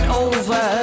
over